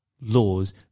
laws